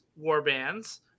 warbands